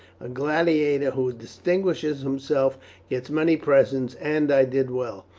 a gladiator who distinguishes himself gets many presents, and i did well.